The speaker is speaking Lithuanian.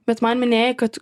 bet man minėjai kad